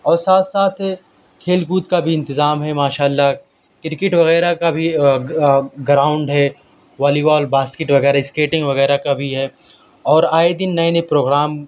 اور ساتھ ساتھ کھیل کود کا بھی انتظام ہے ماشاء اللہ کرکٹ وغیرہ کا بھی گراؤنڈ ہے والیوال باسکیٹ وغیرہ اسکیٹنگ وغیرہ کا بھی ہے اور آئے دن نئے نئے پروگرام